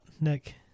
Nick